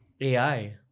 AI